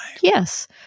Yes